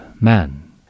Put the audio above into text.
man